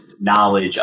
knowledge